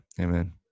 Amen